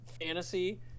fantasy